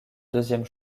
deuxième